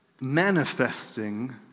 manifesting